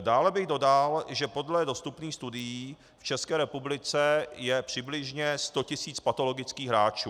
Dále bych dodal, že podle dostupných studií v České republice je přibližně 100 tis. patologických hráčů.